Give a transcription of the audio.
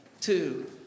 two